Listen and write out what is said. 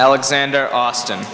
alexander austin